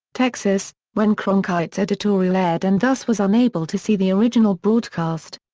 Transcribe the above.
texas, when cronkite's editorial aired and thus was unable to see the original broadcast.